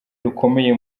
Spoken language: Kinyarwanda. rukomeye